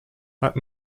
but